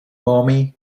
maumee